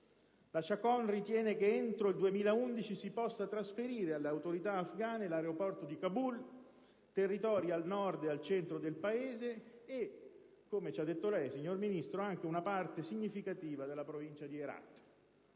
La Chacón ritiene che entro il 2011 si possano trasferire alle autorità afgane l'aeroporto di Kabul, territori al Nord e al Centro del Paese e - come ci ha riferito anche lei, signor Ministro - una parte significativa della provincia di Herat.